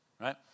right